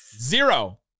Zero